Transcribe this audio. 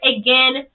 again